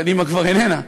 קדימה כבר איננה,